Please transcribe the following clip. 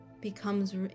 becomes